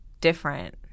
different